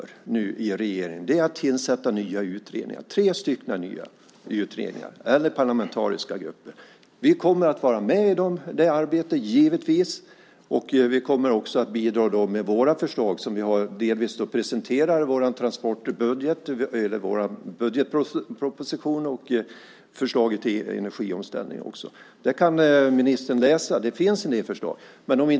Vad ni nu gör i regeringen är att tillsätta nya utredningar - tre utredningar eller parlamentariska grupper. Vi kommer givetvis att vara med i det arbetet och vi kommer att bidra med våra förslag som vi delvis presenterade i vår budgetproposition och i förslaget till energiomställning. Ministern kan läsa det. Det finns en del förslag.